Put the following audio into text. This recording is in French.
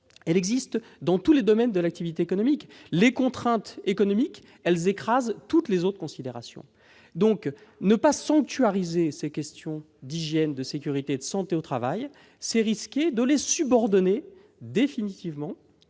une réalité dans tous les domaines de l'activité économique. Les contraintes économiques écrasent toutes les autres considérations. Ne pas sanctuariser les questions d'hygiène, de sécurité et de santé au travail, c'est risquer de les subordonner définitivement